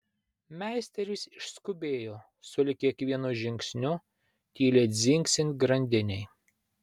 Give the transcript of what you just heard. meisteris išskubėjo sulig kiekvienu žingsniu tyliai dzingsint grandinei